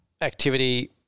activity